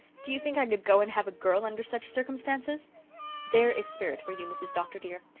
do you think i could go and have a girl under such circumstances there is spirit for you, mrs. dr. dear.